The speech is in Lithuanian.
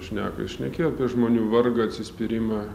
šneka jis šnekėjo apie žmonių vargą atsispyrimą